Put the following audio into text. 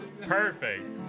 Perfect